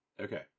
Okay